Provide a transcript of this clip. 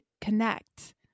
connect